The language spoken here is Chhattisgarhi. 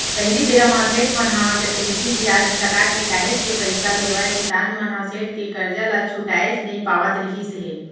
पहिली बेरा म सेठ मन ह चक्रबृद्धि बियाज लगाके काहेच के पइसा लेवय किसान मन ह सेठ के करजा ल छुटाएच नइ पावत रिहिस हे